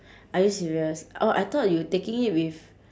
are you serious orh I thought you taking it with